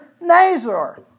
Nazar